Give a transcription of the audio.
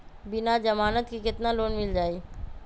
बिना जमानत के केतना लोन मिल जाइ?